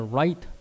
right